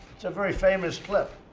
that's a very famous clip.